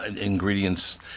ingredients